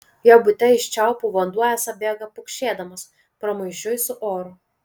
jo bute iš čiaupų vanduo esą bėga pukšėdamas pramaišiui su oru